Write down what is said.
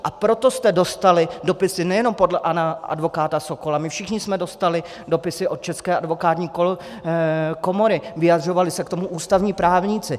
A proto jsme dostali dopisy nejenom od pana advokáta Sokola, my všichni jsme dostali dopisy od České advokátní komory, vyjadřovali se k tomu ústavní právníci.